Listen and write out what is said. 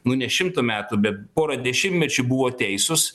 nu ne šimtu metų bet pora dešimtmečių buvo teisūs